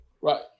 Right